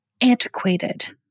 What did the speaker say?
antiquated